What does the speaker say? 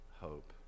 hope